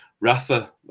Rafa